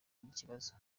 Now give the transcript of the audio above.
ry’ikibazo